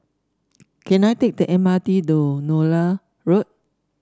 can I take the M R T to Nallur Road